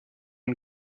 une